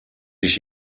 sich